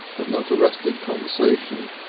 had not arrested conversation.